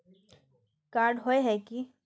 Card होय है की?